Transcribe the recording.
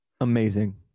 Amazing